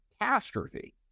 catastrophe